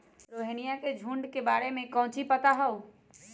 रोहिनया के झुंड के बारे में कौची पता हाउ?